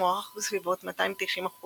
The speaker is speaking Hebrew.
מוערך בסביבות 290%